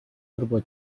turbo